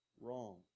wrong